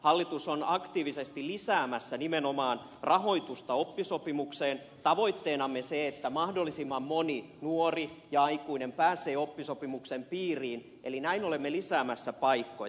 hallitus on aktiivisesti lisäämässä nimenomaan rahoitusta oppisopimukseen tavoitteenamme se että mahdollisimman moni nuori ja aikuinen pääsee oppisopimuksen piiriin eli näin olemme lisäämässä paikkoja